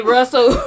Russell